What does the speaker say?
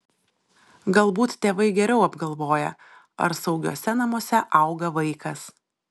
galbūt tėvai geriau apgalvoja ar saugiuose namuose auga vaikas